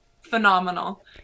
phenomenal